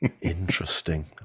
Interesting